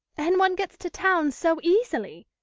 and one gets to town so easily.